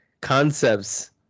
concepts